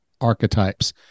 archetypes